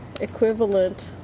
equivalent